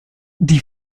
die